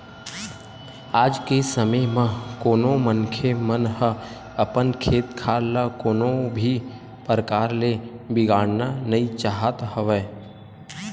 आज के समे म कोनो मनखे मन ह अपन खेत खार ल कोनो भी परकार ले बिगाड़ना नइ चाहत हवय